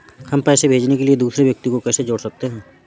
हम पैसे भेजने के लिए दूसरे व्यक्ति को कैसे जोड़ सकते हैं?